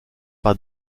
par